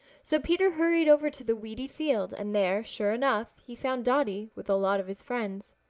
so peter hurried over to the weedy field and there, sure enough, he found dotty with a lot of his friends.